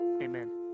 Amen